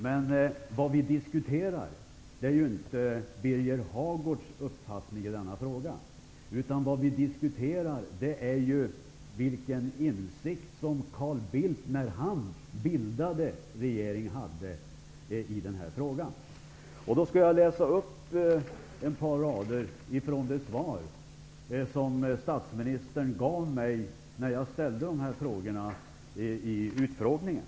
Men vad vi diskuterar är inte Birger Hagårds uppfattning i denna fråga, utan vad vi diskuterar är vilken insikt som Carl Bildt hade i denna fråga när han bildade regering. Jag skall läsa upp ett par rader från det svar som statsministern gav mig när jag ställde de här frågorna vid utskottsutfrågningen.